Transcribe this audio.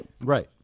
Right